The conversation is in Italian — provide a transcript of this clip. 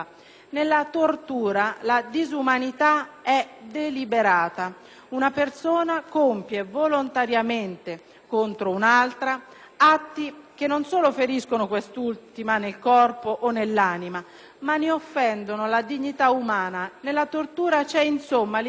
deliberata: una persona compie volontariamente contro un'altra atti che non solo feriscono questa ultima nel corpo o nell'anima, ma ne offendono la dignità umana. Nella tortura c'è insomma l'intenzione di umiliare, offendere